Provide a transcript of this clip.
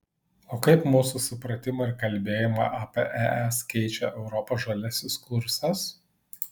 o kaip mūsų supratimą ir kalbėjimą apie es keičia europos žaliasis kursas